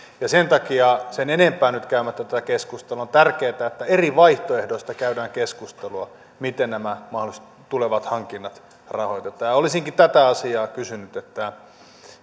ja sen takia sen enempää nyt käymättä tätä keskustelua on tärkeätä että eri vaihtoehdoista käydään keskustelua miten nämä mahdolliset tulevat hankinnat rahoitetaan olisinkin tätä asiaa kysynyt että